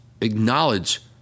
acknowledge